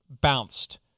bounced